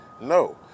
no